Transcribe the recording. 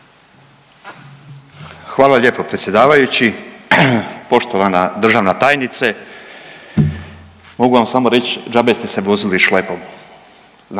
Hvala lijepo predsjedavajući. Poštovana državna tajnice. Mogu sam samo reći, džabe ste se vozili šlepom,